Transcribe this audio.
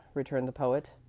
returned the poet.